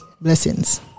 blessings